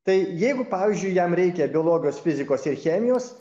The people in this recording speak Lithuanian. tai jeigu pavyzdžiui jam reikia biologijos fizikos ir chemijos